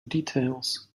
details